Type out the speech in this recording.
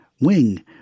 wing